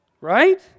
right